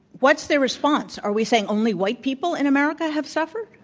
what's their response? are we saying only white people in america have suffered?